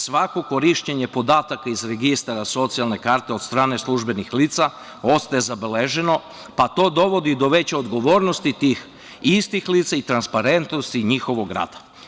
Svako korišćenje podataka iz Registra socijalne karte od strane službenih lica ostaje zabeleženo, pa to dovodi do veće odgovornosti tih istih lica i transparentnosti njihovog rada.